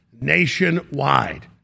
nationwide